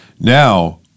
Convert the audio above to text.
Now